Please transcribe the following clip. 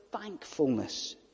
thankfulness